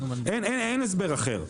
אין הסבר אחר,